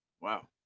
Wow